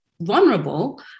vulnerable